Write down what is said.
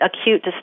Acute